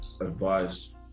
advice